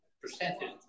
percentage